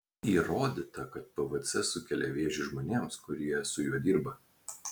įrodyta kad pvc sukelia vėžį žmonėms kurie su juo dirba